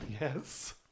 Yes